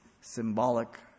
symbolic